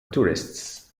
tourists